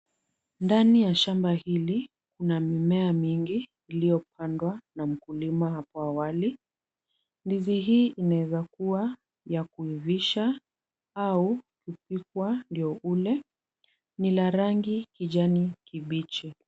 Ndani ya shamba hili, kuna mimea mingi iliyopandwa na mkulima hapo awali. Ndizi hii inaeza kuwa ya kuivisha au kupikwa ndiyo ule. Ni la rangi kijani kibichi.